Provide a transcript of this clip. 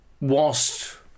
whilst